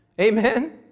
Amen